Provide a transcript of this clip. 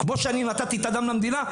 כמו שאני נתתי את הדם למדינה,